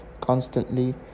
constantly